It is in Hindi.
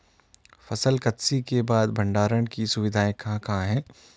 फसल कत्सी के बाद भंडारण की सुविधाएं कहाँ कहाँ हैं?